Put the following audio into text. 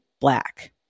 black